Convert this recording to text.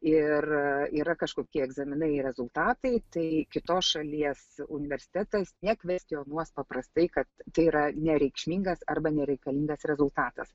ir yra kažkokie egzaminai rezultatai tai kitos šalies universitetas nekvestionuos paprastai kad tai yra nereikšmingas arba nereikalingas rezultatas